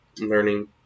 learning